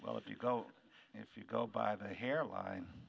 well if you go if you go by the hair line